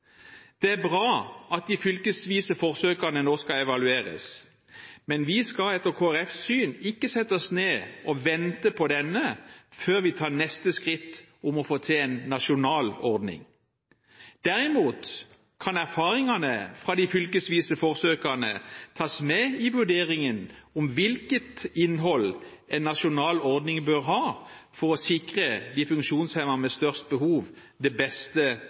Det er bra at de fylkesvise forsøkene nå skal evalueres, men vi skal etter Kristelig Folkepartis syn ikke sette oss ned og vente på denne før vi tar neste skritt for å få til en nasjonal ordning. Derimot kan erfaringene fra de fylkesvise forsøkene tas med i vurderingen av hvilket innhold en nasjonal ordning bør ha for å sikre de funksjonshemmede med størst behov det beste